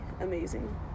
amazing